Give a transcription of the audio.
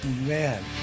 man